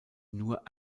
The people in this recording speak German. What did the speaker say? nur